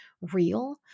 real